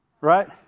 Right